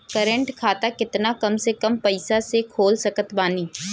Current खाता केतना कम से कम पईसा से खोल सकत बानी?